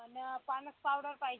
आणि Pond's powder पाहिजे